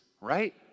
right